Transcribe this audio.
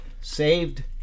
saved